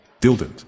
Dildent